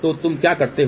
तो तुम क्या करते हो